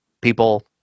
people